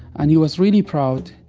and he was really proud.